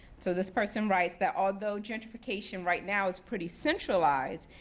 so this person writes that, although gentrification right now is pretty centralized,